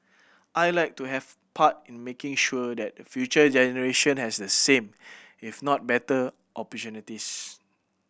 I'd like to have part in making sure that the future generation has the same if not better opportunities